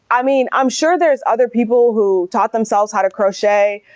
i mean, i'm sure there's other people who taught themselves how to crochet.